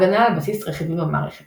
הגנה על-בסיס רכיבים במערכת